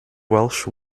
welsh